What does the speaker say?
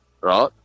Right